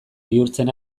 bihurtzen